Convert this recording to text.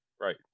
Right